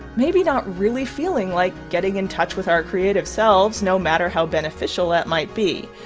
maybe not really feeling like getting in touch with our creative selves, no matter how beneficial that might be.